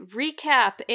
recap